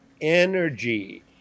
energy